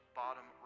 bottom